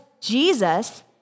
Jesus